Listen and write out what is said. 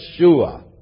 Yeshua